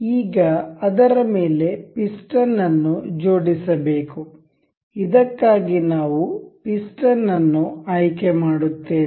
ಈಗ ಅದರ ಮೇಲೆ ಪಿಸ್ಟನ್ ಅನ್ನು ಜೋಡಿಸಬೇಕು ಇದಕ್ಕಾಗಿ ನಾವು ಪಿಸ್ಟನ್ ಅನ್ನು ಆಯ್ಕೆ ಮಾಡುತ್ತೇವೆ